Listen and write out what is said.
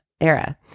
era